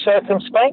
circumspect